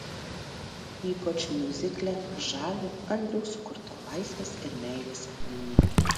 ypač miuzikle žavi andriaus sukurta laisvės ir meilės linija